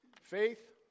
Faith